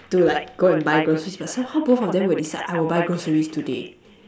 to like go and buy groceries but somehow both of them will decide I will buy groceries today